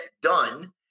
done